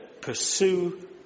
pursue